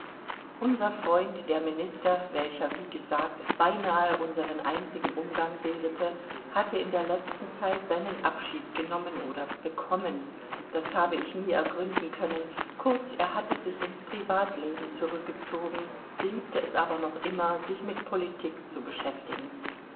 unser freund der minister welcher wie gesagt beinahe unseren einzigen umgang bildete hatte in der letzten zeit seinen abschied genommen oder bekommen das habe ich nie ergründen können kurz er hatte sich ins privatleben zurückgezogen liebte es aber noch immer sich mit politik zu beschäftigen